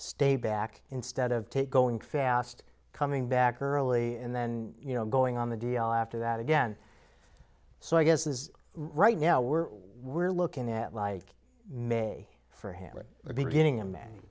stay back instead of take going fast coming back early and then you know going on the d l after that again so i guess is right now we're we're looking at like may for him at the beginning